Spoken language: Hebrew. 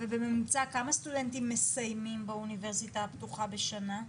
ובממוצע כמה סטודנטים מסיימים באוניברסיטה הפתוחה בשנה?